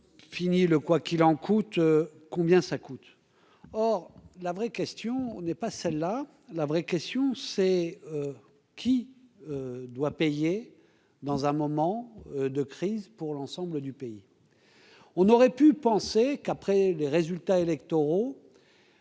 fini le quoi qu'il en coûte, combien ça coûte, or la vraie question n'est pas celle-là, la vraie question, c'est : qui doit payer dans un moment de crise pour l'ensemble du pays, on aurait pu penser qu'après les résultats électoraux